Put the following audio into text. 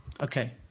Okay